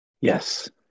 Yes